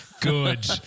Good